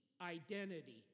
identity